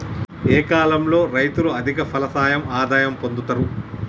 ఏ కాలం లో రైతులు అధిక ఫలసాయం ఆదాయం పొందుతరు?